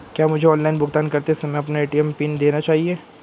क्या मुझे ऑनलाइन भुगतान करते समय अपना ए.टी.एम पिन देना चाहिए?